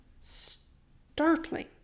startling